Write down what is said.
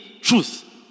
truth